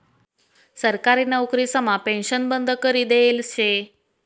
सरकारी नवकरीसमा पेन्शन बंद करी देयेल शे